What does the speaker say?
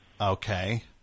Okay